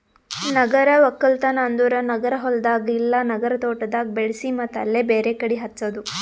ನಗರ ಒಕ್ಕಲ್ತನ್ ಅಂದುರ್ ನಗರ ಹೊಲ್ದಾಗ್ ಇಲ್ಲಾ ನಗರ ತೋಟದಾಗ್ ಬೆಳಿಸಿ ಮತ್ತ್ ಅಲ್ಲೇ ಬೇರೆ ಕಡಿ ಹಚ್ಚದು